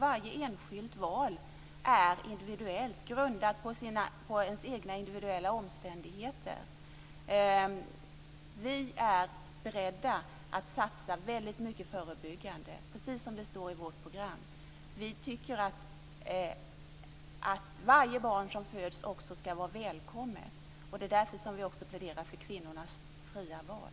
Varje enskilt val är individuellt, grundat på de egna, individuella, omständigheterna. Vi är beredda att satsa väldigt mycket i förebyggande syfte, precis som det står i vårt program, och tycker att varje barn som föds skall vara välkommet. Det är därför som vi pläderar för kvinnornas fria val.